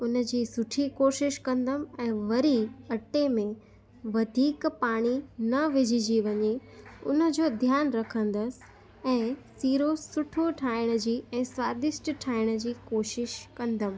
हुनजी सुठी कोशिश कंदमि ऐं वरी अटे में वधीक पाणी न विझिजी वञे हुनजो ध्यानु रखंदसि ऐं सीरो सुठो ठाहिण जी ऐं स्वादिष्ट ठाहिण जी कोशिश कंदमि